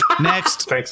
Next